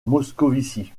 moscovici